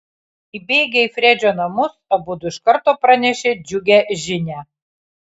įbėgę į fredžio namus abudu iš karto pranešė džiugią žinią